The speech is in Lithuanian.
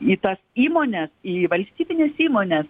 į tas įmones į valstybines įmones